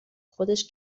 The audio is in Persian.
خودش